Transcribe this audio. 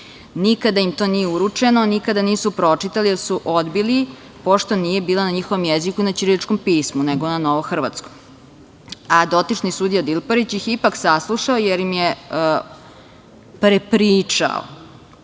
Nikada im to nije uručeno, nikada nisu pročitali jer su odbili, pošto nije bila na njihovom jeziku, na ćiriličkom pismu, nego na novohrvatskom, a dotični sudija Dilparić ih je ipak saslušao jer im je prepričao